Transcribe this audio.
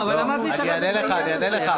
אבל למה את מתערבת בעניין הזה?